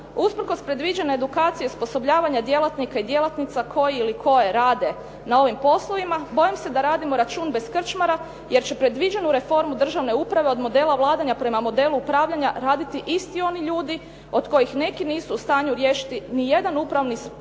Usprkos predviđene edukacije osposobljavanja djelatnika i djelatnica koji ili koje rade na ovim poslovima, bojim se da radimo račun bez krčmara jer će predviđenu reformu državne uprave od modela vladanja prema modelu upravljanja raditi isti oni ljudi od kojih neki nisu u stanju riješiti ni jedan upravni predmet